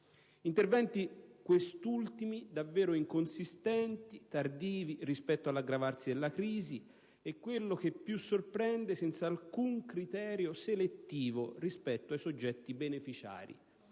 Interventi, questi ultimi, davvero inconsistenti, tardivi rispetto all'aggravarsi della crisi e - ciò che più sorprende - senza alcun criterio selettivo rispetto ai soggetti beneficiari,